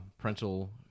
parental